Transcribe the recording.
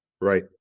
right